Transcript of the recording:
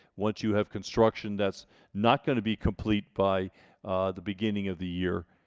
once you have construction that's not going to be complete by the beginning of the year,